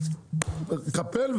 מקפל,